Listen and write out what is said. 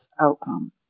outcome